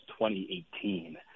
2018